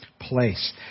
place